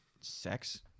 sex